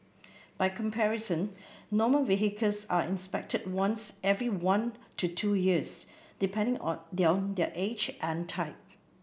by comparison normal vehicles are inspected once every one to two years depending on their age and type